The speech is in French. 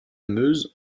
meuse